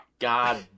god